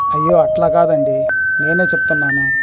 అయ్యో అట్లా కాదండి నేనే చెప్తున్నాను